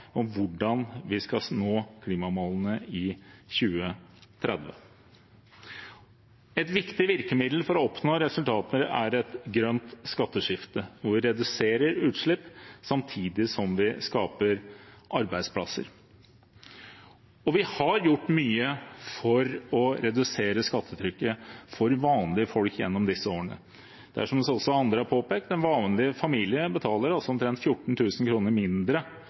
hvordan vi skal nå klimamålene i 2030. Et viktig virkemiddel for å oppnå resultater er et grønt skatteskifte, hvor vi reduserer utslipp samtidig som vi skaper arbeidsplasser. Vi har gjort mye for å redusere skattetrykket for vanlige folk gjennom disse årene. Som også andre har påpekt, betaler en vanlig familie altså omtrent 14 000 kr mindre